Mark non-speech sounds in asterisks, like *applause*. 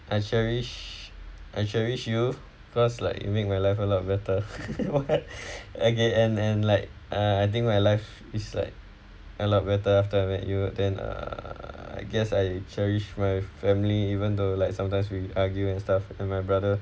I cherish I cherish you cause like you make my life a lot better *laughs* okay and and like uh I think my life is like a lot better after I met you then err I guess I cherish my family even though like sometimes we argue and stuff and my brother